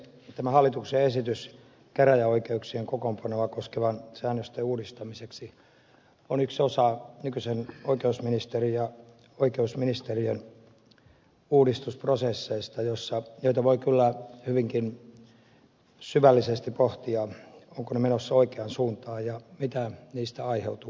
tämä hallituksen esitys käräjäoikeuksien kokoonpanoa koskevien säännösten uudistamiseksi on yksi osa nykyisen oikeusministerin ja oikeusministeriön uudistusprosesseista joita voi kyllä hyvinkin syvällisesti pohtia ovatko ne menossa oikeaan suuntaan ja mitä niistä aiheutuu